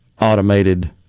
automated